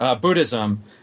Buddhism